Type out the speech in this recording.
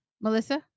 Melissa